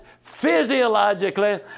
physiologically